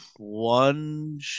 one